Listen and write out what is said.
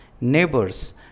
neighbors